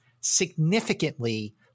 significantly